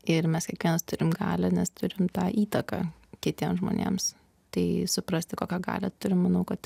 ir mes kiekvienas turim galią nes turim tą įtaką kitiem žmonėms tai suprasti kokią galią turim manau kad